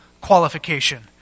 qualification